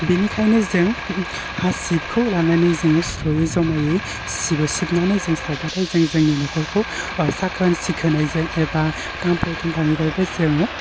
बिनिखायनो जों हासिबखौ लानानै जोङो स्र'यै ज'मायै सिबो सिबनानै जों सावबाथाय जों जोंनि न'फोरखौ साखोन सिखोनै जों एबा थाम्फै थुम्फानिफ्रायबो जोङो